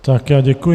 Také já děkuji.